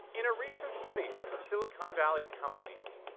in a recent study of silicon valley companies,